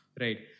right